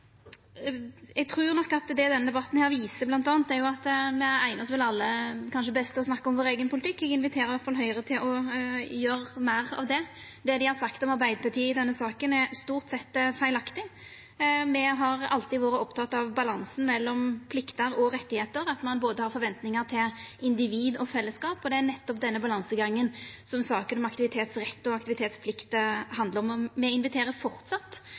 Eg trur nok at det denne debatten bl.a. viser, er at me alle eignar oss best til å snakka om vår eigen politikk. Eg inviterer i alle fall Høgre til å gjera meir av det. Det dei har sagt om Arbeidarpartiet i denne saka, er stort sett feilaktig. Me har alltid vore opptekne av balansen mellom plikter og rettar, me har forventingar til både individ og fellesskap. Det er nettopp den balansegangen saka om aktivitetsrett og aktivitetsplikt handlar om. Me inviterer